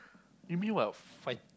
you mean while fight